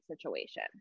situation